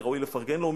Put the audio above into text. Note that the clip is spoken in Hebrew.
שראוי לפרגן לו.